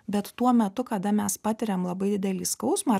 bet tuo metu kada mes patiriam labai didelį skausmą